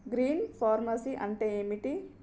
Green farming అంటే ఏమిటి?